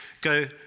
Go